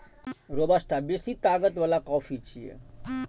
robusta बेसी ताकत बला कॉफी छियै